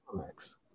comics